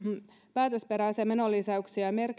päätösperäisiä menolisäyksiä